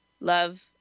Love